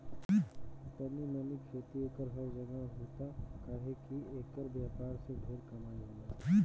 तनी मनी खेती एकर हर जगह होता काहे की एकर व्यापार से ढेरे कमाई होता